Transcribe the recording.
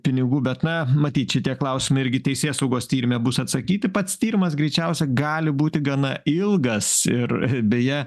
pinigų bet na matyt šitie klausimai irgi teisėsaugos tyrime bus atsakyti pats tyrimas greičiausia gali būti gana ilgas ir beje